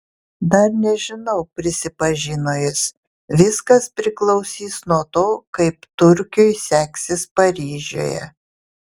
dar nežinau prisipažino jis viskas priklausys nuo to kaip turkiui seksis paryžiuje